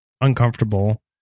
uncomfortable